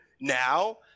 now